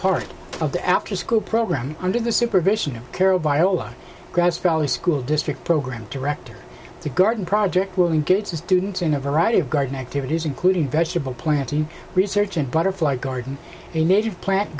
part of the afterschool program under the supervision of carol viola grass valley school district program director to garden project will be good to students in a variety of garden activities including vegetable planting research and butterfly garden a native plant